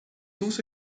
also